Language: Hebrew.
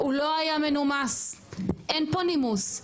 הוא לא היה מנומס, אין פה נימוס.